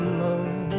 love